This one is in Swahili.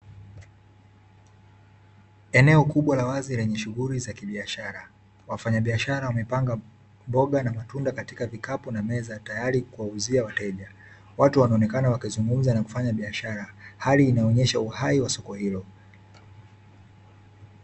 Eneo kubwa la wazi lenye shughuli za kibiashara. Wafanyabiashara wamepanga mboga na matunda katika vikapu na meza tayari kuwauzia wateja. Watu wanaonekana wakizungumza na kufanya biashara. Hali inaonyesha uhai wa soko hilo.